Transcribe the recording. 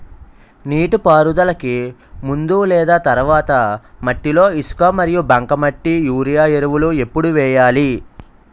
నీటిపారుదలకి ముందు లేదా తర్వాత మట్టిలో ఇసుక మరియు బంకమట్టి యూరియా ఎరువులు ఎప్పుడు వేయాలి?